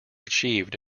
achieved